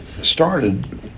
started